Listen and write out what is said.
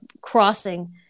crossing